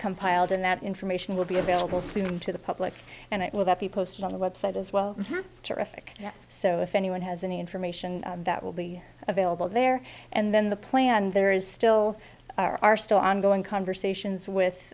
compiled and that information will be available soon to the public and it will that be posted on the website as well have to rethink so if anyone has any information that will be available there and then the plan there is still are still ongoing conversations with